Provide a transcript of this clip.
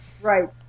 Right